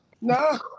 No